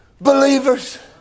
believers